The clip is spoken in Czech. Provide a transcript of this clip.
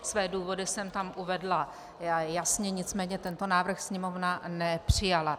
Své důvody jsem tam uvedla jasně, nicméně tento návrh Sněmovna nepřijala.